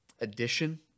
addition